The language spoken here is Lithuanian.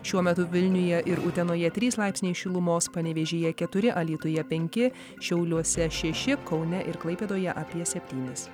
šiuo metu vilniuje ir utenoje trys laipsniai šilumos panevėžyje keturi alytuje penki šiauliuose šeši kaune ir klaipėdoje apie septynis